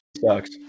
Sucks